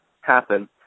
happen